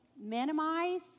minimize